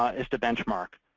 is to benchmark.